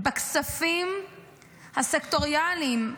בכספים הסקטוריאליים.